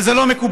וזה לא מקובל,